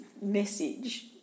message